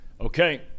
Okay